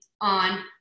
on